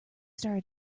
started